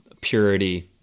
Purity